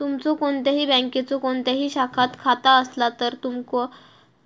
तुमचो कोणत्याही बँकेच्यो कोणत्याही शाखात खाता असला तर, तुमका